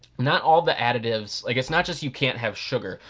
not all the additives, i guess, not just you can't have sugar,